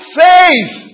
faith